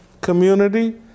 community